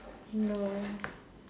he know